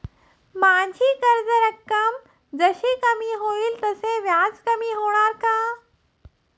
माझी कर्ज रक्कम जशी कमी होईल तसे व्याज कमी होणार का?